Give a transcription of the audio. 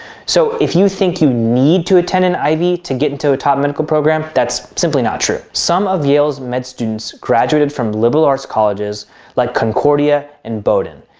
so if you think you need to attend an ivy to get into a top medical program, that's simply not true. some of yale's med students graduated from liberal arts colleges like concordia and bowden.